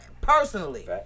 personally